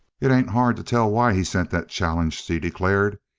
it ain't hard to tell why he sent that challenge, she declared.